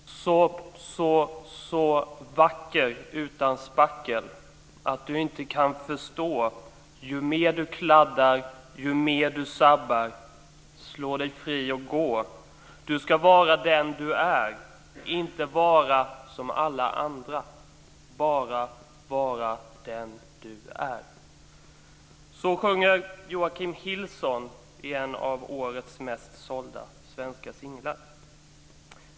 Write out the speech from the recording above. Fru talman! Så, så, så vacker utan spackel Att du inte kan förstå Ju mer du kladdar Ju mer du sabbar Slå dig fri och gå Du ska vara den du är. Inte vara som alla andra. Bara vara den du är. Så sjunger Joakim Hillson på en av årets mest sålda svenska singlar.